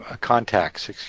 contacts